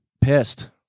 pissed